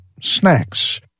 Snacks